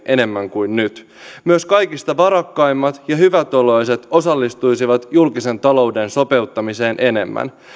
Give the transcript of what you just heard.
enemmän kuin nyt myös kaikista varakkaimmat ja hyvätuloiset osallistuisivat julkisen talouden sopeuttamiseen enemmän